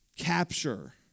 Capture